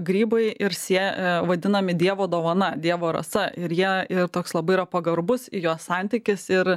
grybai ir sie vadinami dievo dovana dievo rasa ir ją ir toks labai yra pagarbus jo santykis ir